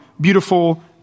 beautiful